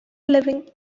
living